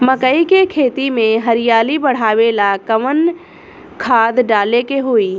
मकई के खेती में हरियाली बढ़ावेला कवन खाद डाले के होई?